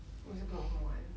我也是不懂什么来的